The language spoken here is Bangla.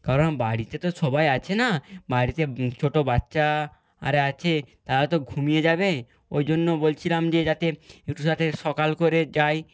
কারণ বাড়িতে তো সবাই আছে না বাড়িতে ছোটো বাচ্চা আরে আছে তারা তো ঘুমিয়ে যাবে ওই জন্য বলছিলাম যে যাতে একটু যাতে সকাল করে যায়